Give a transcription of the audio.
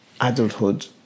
adulthood